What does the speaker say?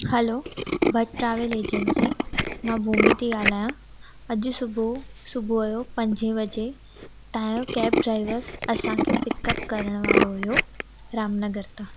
हलो Bhatt travel agency मां भूमी थी ॻाल्हायां अॼु सुभू सुबुह जो पंजे वजे तव्हांजो कैब ड्राइवर असांखे पिकअप करण वारो हुयो रामनगर तां